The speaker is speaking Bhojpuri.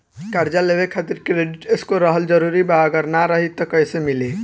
कर्जा लेवे खातिर क्रेडिट स्कोर रहल जरूरी बा अगर ना रही त कैसे मिली?